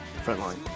Frontline